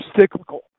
cyclical